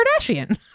kardashian